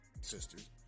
sisters